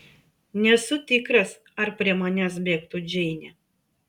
nesu tikras ar prie manęs bėgtų džeinė